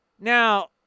Now